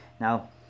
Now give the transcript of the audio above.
Now